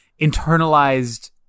internalized